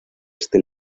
este